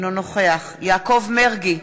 אינו נוכח יעקב מרגי,